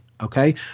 okay